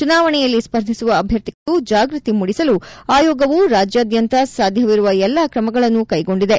ಚುನಾವಣೆಯಲ್ಲಿ ಸ್ಪರ್ಧಿಸುವ ಅಭ್ಯರ್ಥಿಗಳಿಗೆ ಈ ಕುರಿತು ಜಾಗೃತಿ ಮೂಡಿಸಲು ಆಯೋಗವು ರಾಜ್ಥಾದ್ಯಂತ ಸಾಧ್ಯವಿರುವ ಎಲ್ಲ ಕ್ರಮಗಳನ್ನು ಕೈಗೊಂಡಿದೆ